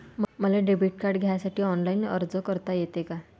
मले debit card घ्यासाठी online अर्ज करता येते का?